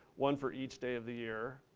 one for each day of the year.